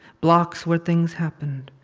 blocks where things happened.